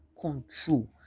control